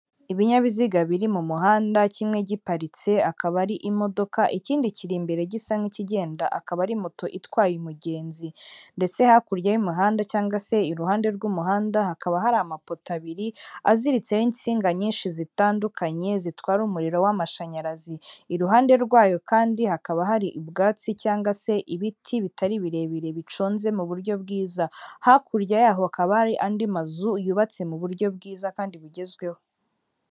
Ibinyabiziga biri mu muhanda kimwe giparitse akaba ari imodoka ikindi kiri imbere gisa nk'ikigenda akaba ari moto itwaye umugenzi, ndetse hakurya y'imihanda cg se iruhande rw'umuhanda hakaba hari amapoto abiri aziritseho ininsinga nyinshi zitandukanye zitwara umuriro w'amashanyarazi. Iruhande rwayo kandi hakaba hari ubwatsi cyangwa se ibiti bitari birebire biconze mu buryo bwiza hakurya yaho hakaba hari andi mazu yubatse mu buryo bwiza kandi bugezweho.